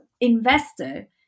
investor